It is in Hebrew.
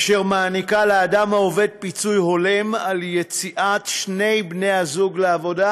אשר מעניקה לאדם העובד פיצוי הולם על יציאת שני בני הזוג לעבודה,